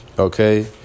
Okay